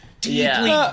deeply